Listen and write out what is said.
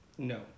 No